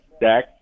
Dak